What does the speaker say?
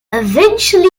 eventually